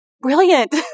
brilliant